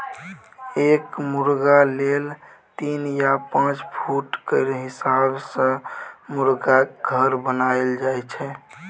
एक मुरगा लेल तीन या पाँच फुट केर हिसाब सँ मुरगाक घर बनाएल जाइ छै